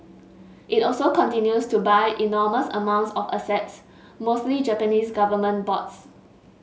it also continues to buy enormous amounts of assets mostly Japanese government bonds